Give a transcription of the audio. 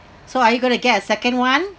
so are you going to get a second one